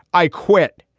i quit.